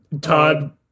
Todd